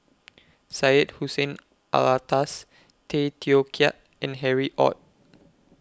Syed Hussein Alatas Tay Teow Kiat and Harry ORD